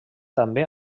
també